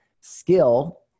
skill